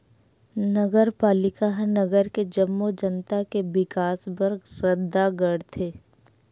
नगरपालिका ह नगर के जम्मो जनता के बिकास बर रद्दा गढ़थे